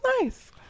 nice